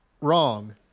wrong